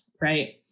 right